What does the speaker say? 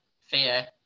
fear